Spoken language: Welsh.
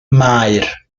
maer